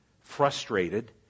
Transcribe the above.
frustrated